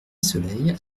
soleil